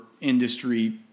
industry